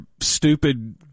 stupid